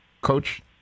Coach